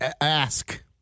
ask